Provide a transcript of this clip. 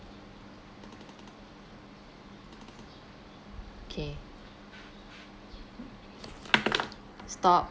okay stop